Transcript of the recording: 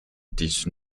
dix